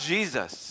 Jesus